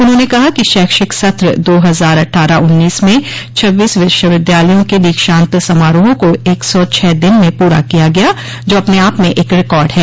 उन्होंने कहा कि शैक्षिक सत्र दो हजार अट्ठारह उन्नीस में छब्बीस विश्वविद्यालयों के दीक्षान्त समारोह को एक सौ छह दिन में पूरा किया गया जो अपने आप में एक रिकार्ड है